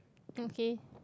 okay